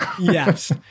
Yes